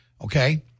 okay